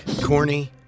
Corny